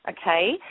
okay